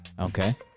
Okay